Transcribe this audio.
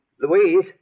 Louise